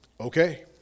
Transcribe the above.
Okay